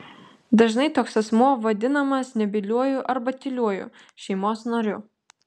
dažnai toks asmuo vadinamas nebyliuoju arba tyliuoju šeimos nariu